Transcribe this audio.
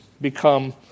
become